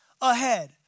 ahead